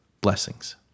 Blessings